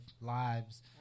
lives